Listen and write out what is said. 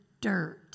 dirt